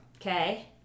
okay